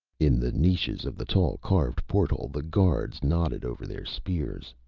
in the niches of the tall, carved portal, the guards nodded over their spears.